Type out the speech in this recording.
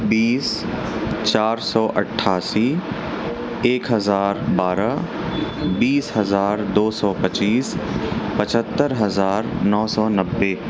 بیس چار سو اٹھاسی ایک ہزار بارہ بیس ہزار دو سو پچیس پچہتر ہزار نو سو نوے